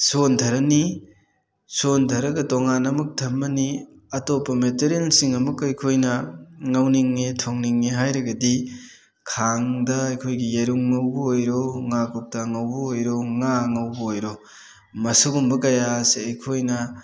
ꯁꯣꯟꯊꯔꯅꯤ ꯁꯣꯟꯊꯔꯒ ꯇꯣꯉꯥꯟꯅ ꯑꯃꯨꯛ ꯊꯝꯃꯅꯤ ꯑꯇꯣꯞꯄ ꯃꯦꯇꯔꯤꯌꯦꯜꯁꯤꯡ ꯑꯃꯨꯛꯀ ꯑꯩꯈꯣꯏꯅ ꯉꯧꯅꯤꯡꯉꯦ ꯊꯣꯡꯅꯤꯡꯉꯦ ꯍꯥꯏꯔꯒꯗꯤ ꯈꯥꯡꯗ ꯑꯩꯈꯣꯏꯒꯤ ꯌꯦꯔꯨꯝ ꯉꯧꯕ ꯑꯣꯏꯔꯣ ꯉꯥ ꯀꯧꯇꯥ ꯉꯧꯕ ꯑꯣꯏꯔꯣ ꯉꯥ ꯉꯧꯕ ꯑꯣꯏꯔꯣ ꯃꯁꯨꯒꯨꯝꯕ ꯀꯌꯥ ꯑꯁꯦ ꯑꯩꯈꯣꯏꯅ